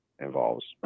involves